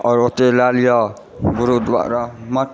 आओर ओतहि लए लिअ गुरुद्वारा